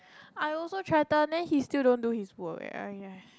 I also threaten then he still don't do his work eh !aiya!